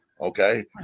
okay